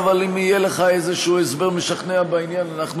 אבל אם יהיה לך איזה הסבר משכנע בעניין,